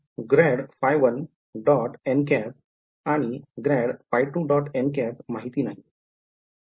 विद्यार्थी grade five मला आणि माहित नाहीये